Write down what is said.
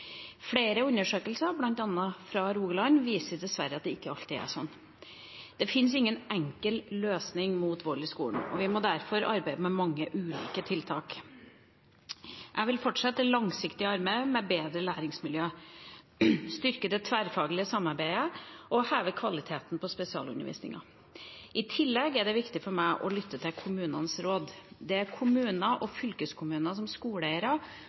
Flere undersøkelser, bl.a. fra Rogaland, viser dessverre at det ikke alltid er slik. Det finnes ingen enkle løsninger mot vold i skolen, og vi må derfor arbeide med mange ulike tiltak. Jeg vil fortsette det langsiktige arbeidet med å bedre læringsmiljøet, styrke det tverrfaglige samarbeidet og heve kvaliteten på spesialundervisningen. I tillegg er det viktig for meg å lytte til kommunenes råd. Det er kommunene og fylkeskommunene som skoleeiere